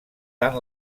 tant